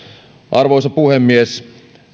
arvoisa puhemies